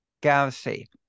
galaxy